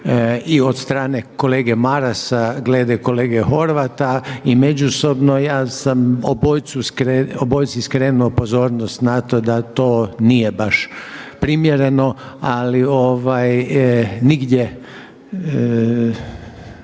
i od strane kolege Marasa glede kolege Horvata i međusobno. Ja sam obojici skrenuo pozornost na to da to nije baš primjereno, ali nigdje,